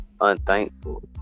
unthankful